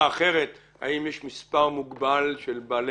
האם יש מספר מוגבל של אנשים,